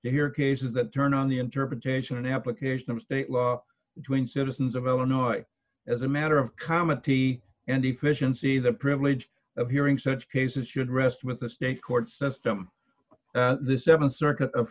to hear cases that turn on the interpretation and application of state law when citizens of illinois as a matter of comedy and efficiency the privilege of hearing such cases should rest with the state court system the th circuit